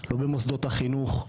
לא במוסדות החינוך.